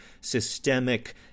systemic